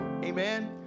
Amen